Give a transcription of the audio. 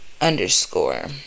Underscore